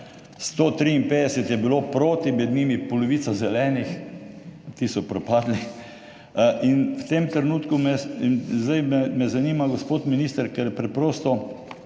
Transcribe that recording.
153 je bilo proti, med njimi polovica Zelenih, ti so propadli. In zdaj me zanima, gospod minister, ker preprosto